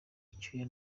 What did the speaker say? icyuya